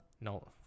no